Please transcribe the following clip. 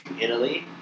Italy